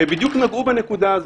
נגעו בדיוק בנקודה הזאת.